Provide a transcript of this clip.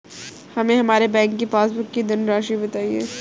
हमें हमारे बैंक की पासबुक की धन राशि बताइए